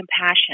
compassion